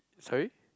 sorry